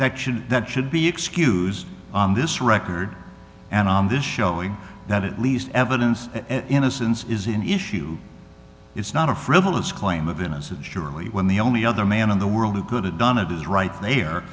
that should that should be excused on this record and on this showing that at least evidence innocence is an issue it's not a frivolous claim of innocence surely when the only other man in the world who could have done it is right there